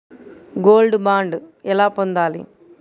Gold bond ఎలా పొందాలి?